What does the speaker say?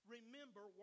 Remember